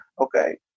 okay